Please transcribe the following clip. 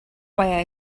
why